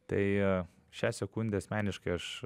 tai šią sekundę asmeniškai aš